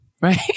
right